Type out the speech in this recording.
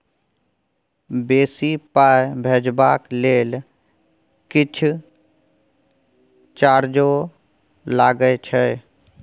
बेसी पाई भेजबाक लेल किछ चार्जो लागे छै?